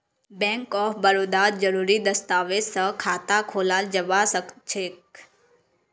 bank of बड़ौदात जरुरी दस्तावेज स खाता खोलाल जबा सखछेक